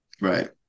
right